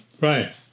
Right